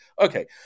Okay